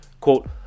quote